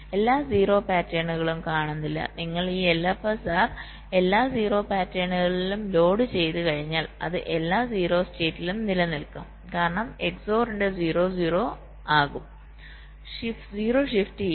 എല്ലാ 0 പാറ്റേണും കാണുന്നില്ല നിങ്ങൾ ഈ LFSR എല്ലാ 0 പാറ്റേണിലും ലോഡ് ചെയ്തുകഴിഞ്ഞാൽ അത് എല്ലാ 0 സ്റ്റേറ്റിലും നിലനിൽക്കും കാരണം XOR ന്റെ 0 0 0 ആകും 0 ഷിഫ്റ്റ് ചെയ്യും